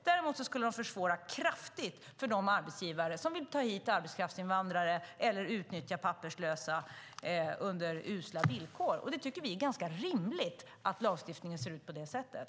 Däremot skulle de kraftigt försvåra för de arbetsgivare som vill ta hit arbetskraftsinvandrare eller utnyttja papperslösa under usla villkor. Vi tycker att det är ganska rimligt att lagstiftningen ser ut på det sättet.